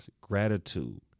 gratitude